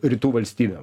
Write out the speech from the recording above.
rytų valstybėm